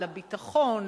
לביטחון,